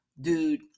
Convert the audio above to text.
dude